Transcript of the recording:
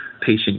patient